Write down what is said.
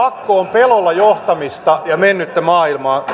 pakko on pelolla johtamista ja mennyttä maailmaa